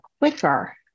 quicker